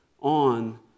on